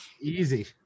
easy